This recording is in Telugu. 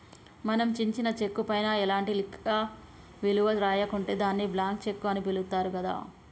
మనం చించిన చెక్కు పైన ఎలాంటి లెక్క విలువ రాయకుంటే దాన్ని బ్లాంక్ చెక్కు అని పిలుత్తారు గదా